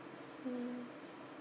mm